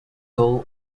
goal